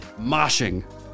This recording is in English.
moshing